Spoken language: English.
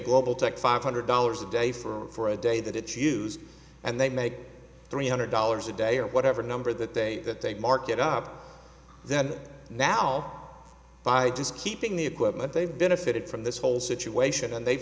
global tech five hundred dollars a day for a day that it's use and they make three hundred dollars a day or whatever number that they that they market up then now by just keeping the equipment they've benefited from this whole situation and they've